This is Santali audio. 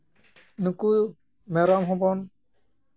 ᱱᱩᱠᱩ ᱢᱮᱨᱚᱢ ᱦᱚᱸᱵᱚᱱ